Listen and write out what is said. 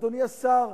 אדוני השר,